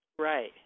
Right